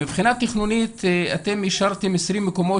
מבחינה תכנונית אתם אישרתם 20 מקומות